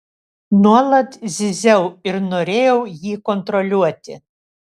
nuolat zyziau ir norėjau jį kontroliuoti